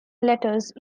letters